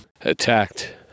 attacked